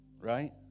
right